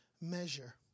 measure